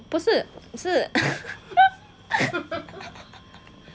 不是是